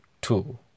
two